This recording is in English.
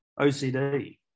ocd